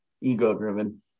ego-driven